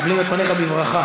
מקבלים את פניך בברכה.